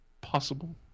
possible